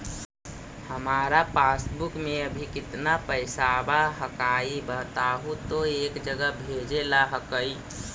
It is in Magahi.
हमार पासबुकवा में अभी कितना पैसावा हक्काई बताहु तो एक जगह भेजेला हक्कई?